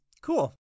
Cool